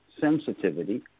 Sensitivity